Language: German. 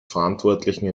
verantwortlichen